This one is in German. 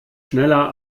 schneller